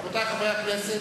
רבותי, נא לשבת.